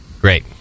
Great